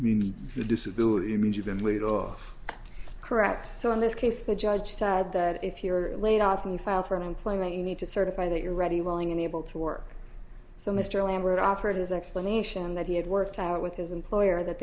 series disability means you've been laid off correct so in this case the judge said that if you were laid off when you file for unemployment you need to certify that you're ready willing and able to work so mr lambert offered his explanation that he had worked out with his employer that